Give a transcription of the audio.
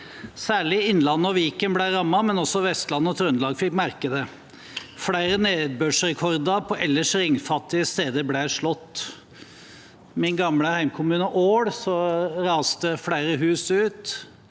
Særlig Innlandet og Viken ble rammet, men også Vestland og Trøndelag fikk merke det. Flere nedbørsrekorder på ellers regnfattige steder ble slått. I min gamle hjemkommune Ål raste flere hus ut.